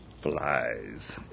flies